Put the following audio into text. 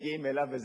מגיעות אליו,